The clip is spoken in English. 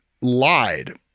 lied